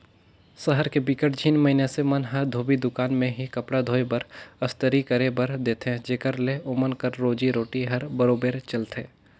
सहर के बिकट झिन मइनसे मन ह धोबी दुकान में ही कपड़ा धोए बर, अस्तरी करे बर देथे जेखर ले ओमन कर रोजी रोटी हर बरोबेर चलथे